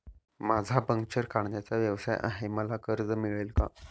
माझा पंक्चर काढण्याचा व्यवसाय आहे मला कर्ज मिळेल का?